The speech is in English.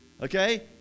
okay